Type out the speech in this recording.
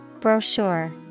Brochure